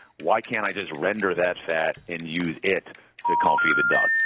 why can't i just render that fat and use it to confit the duck?